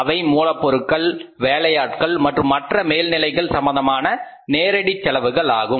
அவை மூலப்பொருட்கள் வேலையாட்கள் மற்றும் மற்ற மேல்நிலைகள் சம்பந்தமான நேரடி செலவுகள் ஆகும்